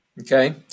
Okay